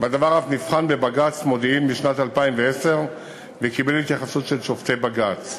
והדבר אף נבחן בבג"ץ מודיעין בשנת 2010 וקיבל התייחסות של שופטי בג"ץ.